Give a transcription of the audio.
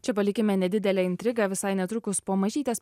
čia palikime nedidelę intrigą visai netrukus po mažytės